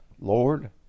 Lord